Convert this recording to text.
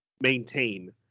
maintain